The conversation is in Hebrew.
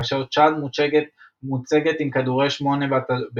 כאשר צ'אד מוצגת עם כדורי 8 בתור